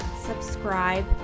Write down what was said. subscribe